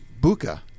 Buka